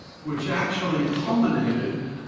which actually culminated,